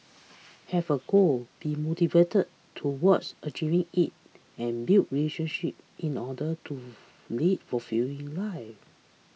have a goal be motivated towards achieving it and build relationships in order to lead fulfilling lives